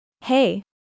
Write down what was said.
Hey